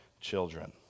children